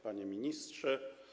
Panie Ministrze!